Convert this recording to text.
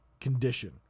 condition